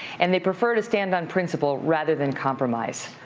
and they prefer to stand on principle rather than compromise.